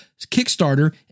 Kickstarter